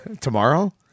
Tomorrow